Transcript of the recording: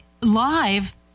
live